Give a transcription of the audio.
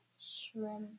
shrimp